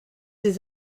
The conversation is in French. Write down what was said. des